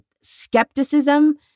skepticism